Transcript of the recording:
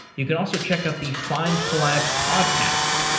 you can also check out the findcollabs podcast,